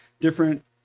different